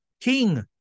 king